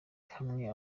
hamwe